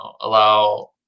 allow